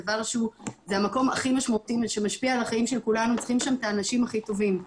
זה המקום הכי משמעותי שמשפיע על החיים של כולנו,